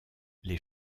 les